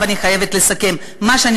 אבל, לצערי הרב, אני חייבת לסכם.